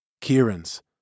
Kieran's